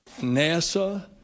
NASA